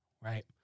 right